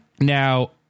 Now